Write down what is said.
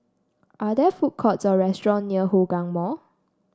are there food courts or restaurants near Hougang Mall